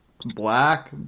black